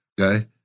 okay